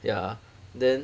ya then